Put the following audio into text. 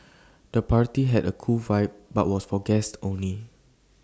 the party had A cool vibe but was for guests only